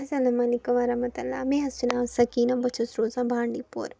اَسَلام علیکُم وَرحمتُہ اللہ مےٚ حظ چھُ ناو سَکیٖنا بہٕ چھَس روزان بانٛڈی پور